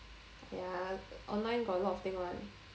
ya online got a lot of thing [one]